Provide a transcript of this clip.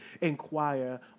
inquire